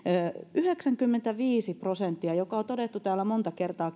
yhdeksänkymmentäviisi prosenttia joka on todettu täällä monta kertaa